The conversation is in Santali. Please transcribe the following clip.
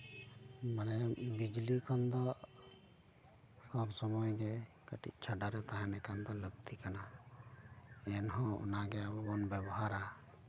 ᱢᱟᱱᱮ ᱵᱤᱡᱽᱞᱤ ᱠᱷᱚᱱ ᱫᱚ ᱥᱚᱵ ᱥᱚᱢᱚᱭᱜᱮ ᱠᱟᱹᱴᱤᱪ ᱪᱷᱟᱰᱟ ᱨᱮ ᱛᱟᱦᱮᱸ ᱞᱮᱠᱷᱟᱱ ᱫᱚ ᱞᱟᱹᱠᱛᱤ ᱠᱟᱱᱟ ᱮᱱᱦᱚᱸ ᱚᱱᱟᱜᱮ ᱟᱵᱚ ᱵᱚᱱ ᱵᱮᱵᱚᱦᱟᱨᱟ